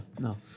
no